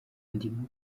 ndimo